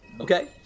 Okay